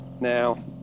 now